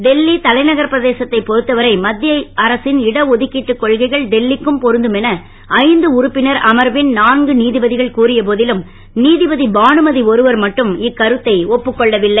டெல்லி தலைநகர் பிரதேசத்தை பொருத்த வரை மத்திய அரசின் இடஒதுக்கீட்டு கொள்கைகள் டெல்லிக்கும் பொருந்தும் என ஐந்து உறுப்பினர் அமர்வின் நான்கு நீதிபதிகள் கூறியபோதிலும் நீதிபதி பானுமதி ஒருவர் மட்டும் இக்கருத்தை ஒப்புக்கொள்ளவில்லை